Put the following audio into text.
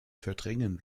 verdrängen